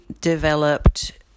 developed